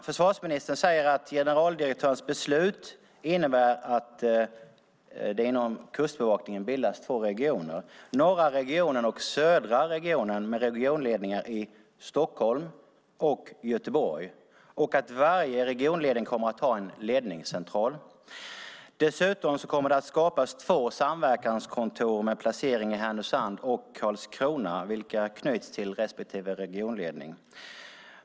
Försvarsministern säger att generaldirektörens beslut innebär att det inom Kustbevakningen bildas två regioner, norra regionen och södra regionen, med regionledningar i Stockholm och Göteborg och att varje regionledning kommer att ha en ledningscentral. Dessutom kommer det att skapas två samverkanskontor med placering i Härnösand och Karlskrona vilka knyts till respektive regionledning.